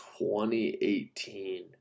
2018